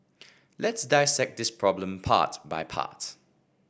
let's dissect this problem part by part